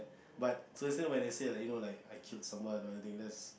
but seriously when they say like you know like I kill someone or anything that's